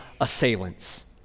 assailants